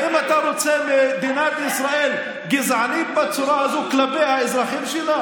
האם אתה רוצה מדינת ישראל גזענית בצורה הזו כלפי האזרחים שלה?